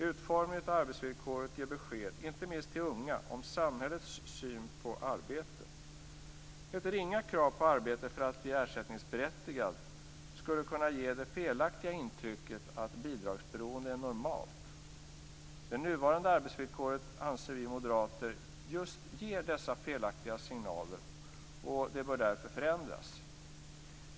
Utformningen av arbetsvillkoret ger besked, inte minst till unga, om samhällets syn på arbete. Ett ringa krav på arbete för att bli ersättningsberättigad skulle kunna ge det felaktiga intrycket att bidragsberoende är normalt. Det nuvarande arbetsvillkoret anser vi moderater ger just dessa felaktiga signaler, och det bör därför förändras.